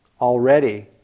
already